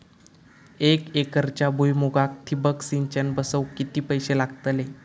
एक एकरच्या भुईमुगाक ठिबक सिंचन बसवूक किती पैशे लागतले?